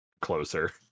closer